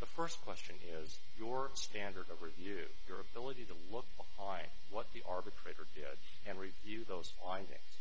the first question is your standard of review your ability to look high what the arbitrator did and review those findings